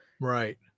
Right